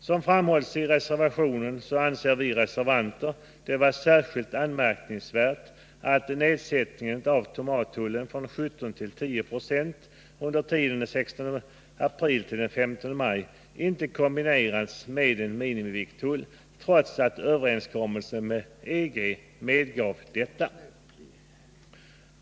Som framhålls i reservationen anser vi reservanter det vara särskilt anmärkningsvärt att nedsättningen av tomattullen från 17 till 10 90 under tiden den 16 april-15 maj inte kombineras med en minimivikttull trots att överenskommelsen med EG medgav detta.